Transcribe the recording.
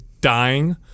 dying